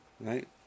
right